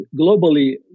globally